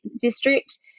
district